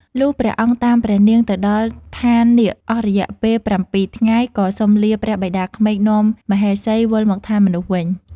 លុះព្រះអង្គតាមព្រះនាងទៅដល់ឋាននាគអស់រយៈពេលប្រាំពីរថ្ងៃ ក៏សុំលាព្រះបិតាក្មេកនាំមហេសីវិលមកឋានមនុស្សវិញ។